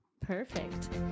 Perfect